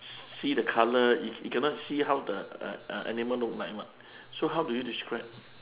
see the colour he he cannot see how the uh uh animal look like mah so how do you describe